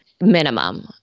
minimum